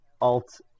alt